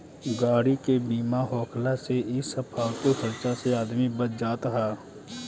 गाड़ी के बीमा होखला से इ सब फालतू खर्चा से आदमी बच जात हअ